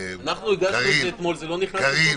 הגשנו אתמול, זה לא נכנס לתוקף.